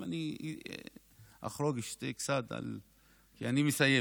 אם אחרוג, קצת, כי אני מסיים.